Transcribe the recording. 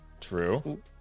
True